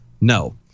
No